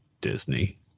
Disney